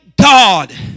God